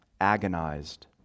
agonized